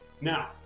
Now